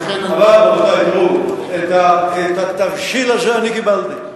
רבותי, תראו, את התבשיל הזה אני קיבלתי.